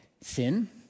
Sin